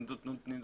תני דוגמה.